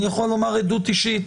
אני יכול לומר עדות אישית.